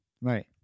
Right